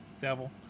Devil